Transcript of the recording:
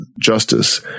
justice